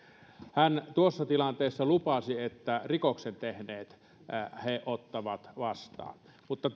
hän tuossa tilanteessa lupasi että rikoksen tehneet he ottavat vastaan mutta